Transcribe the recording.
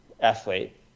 athlete